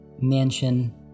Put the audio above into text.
Mansion